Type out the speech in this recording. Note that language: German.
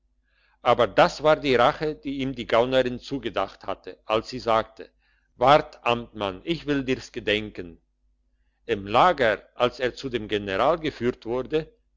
aber das war die rache die ihm die gaunerin zugedacht hatte als sie sagte wart amtmann ich will dir's gedenken im lager als er zu dem general geführt wurde